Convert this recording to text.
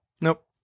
Nope